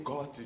God